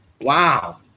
Wow